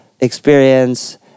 experience